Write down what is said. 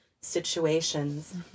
situations